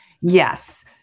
Yes